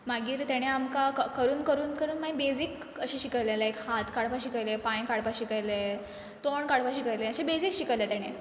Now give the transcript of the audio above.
मागीर तेणें आमकां क करून करून करून माय बेजीक अशें शिकयलें लायक हात काडपा शिकयले पांय काडपा शिकयले तोंड काडपा शिकयलें अशें बेजीक शिकयलें तेणें